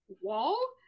wall